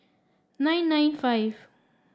nine nine five